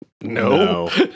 No